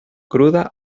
cruda